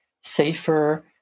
safer